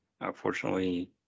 Unfortunately